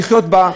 מתערער אצלו.